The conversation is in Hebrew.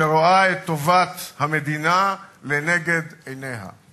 שרואה את טובת המדינה לנגד עיניה.